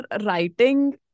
writing